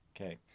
Okay